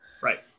right